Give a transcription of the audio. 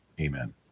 Amen